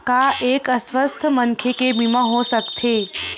का एक अस्वस्थ मनखे के बीमा हो सकथे?